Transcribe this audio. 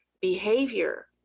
behavior